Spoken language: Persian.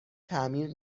تعمیر